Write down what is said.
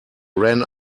ran